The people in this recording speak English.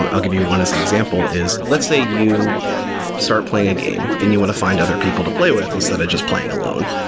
i'll give you one as an example, is let's say you start playing a game and you want to find other people to play with instead of just playing alone.